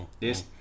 Yes